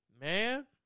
man